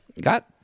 got